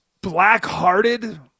black-hearted